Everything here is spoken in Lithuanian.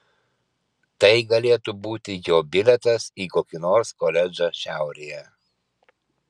tai galėtų būti jo bilietas į kokį nors koledžą šiaurėje